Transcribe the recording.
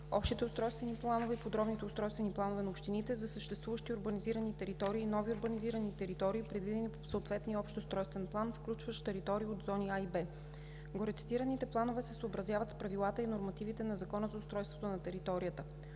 общите устройствени планове и подробните устройствени планове на общините за съществуващи урбанизирани територии, нови урбанизирани територии, предвидени по съответния общ устройствен план, включващ територии от зони А и Б. Горецитираните планове се съобразяват с правилата и нормативите на Закона за устройството на територията.